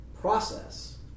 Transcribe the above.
process